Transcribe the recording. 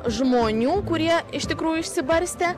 žmonių kurie iš tikrųjų išsibarstę